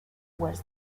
was